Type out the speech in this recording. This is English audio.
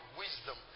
wisdom